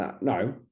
no